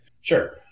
Sure